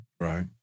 Right